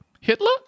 Hitler